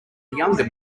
younger